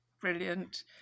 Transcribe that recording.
brilliant